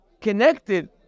connected